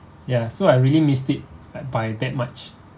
ya so I really missed it but by that much